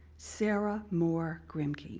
sarah moore grimke